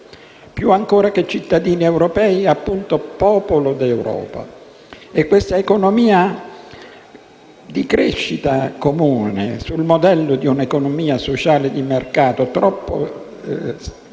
Più ancora che cittadini europei, quindi, popolo d'Europa. Questa economia di crescita comune, sul modello di un'economia sociale di mercato, da molto